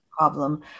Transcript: problem